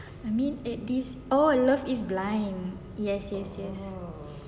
I mean at this oh love is blind yes yes yes